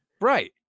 Right